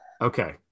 Okay